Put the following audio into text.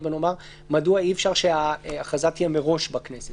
מדוע אי-אפשר שההכרזה תהיה מראש לפחות בהארכות הנוספות?